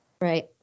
Right